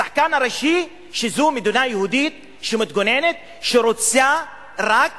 השחקן הראשי זה מדינה יהודית שמתגוננת, שרוצה רק